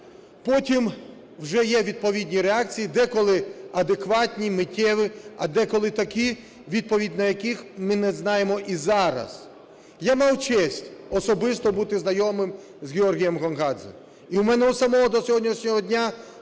потім вже є відповідні реакції, деколи адекватні, миттєві, а деколи такі, відповідь на які ми не знаємо і зараз. Я мав честь особисто бути знайомим з Георгієм Гонгадзе. І в мене у самого до сьогоднішнього дня